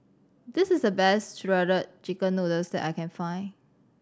this is the best Shredded Chicken Noodles that I can find